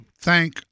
thank